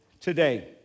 today